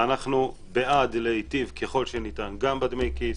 אנחנו בעד להיטיב ככל שניתן גם בדמי כיס,